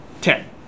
Ten